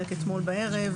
חלק אתמול בערב